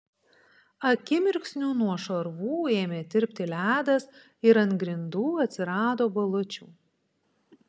akimirksniu nuo šarvų ėmė tirpti ledas ir ant grindų atsirado balučių